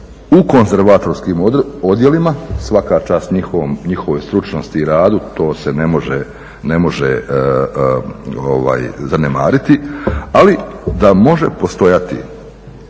u konzervatorskim odjelima, svaka čast njihovoj stručnosti i radu, to se ne može zanemariti, ali da može postojati